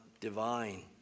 divine